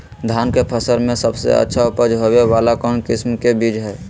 धान के फसल में सबसे अच्छा उपज होबे वाला कौन किस्म के बीज हय?